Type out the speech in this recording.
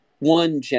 One